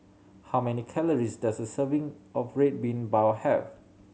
how many calories does a serving of Red Bean Bao have